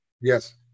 Yes